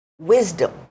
wisdom